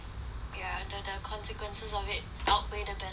ya the the consequences of it outweigh the benefits